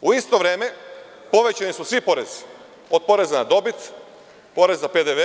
U isto vreme povećani su svi porezi, od poreza na dobit, poreza PDV,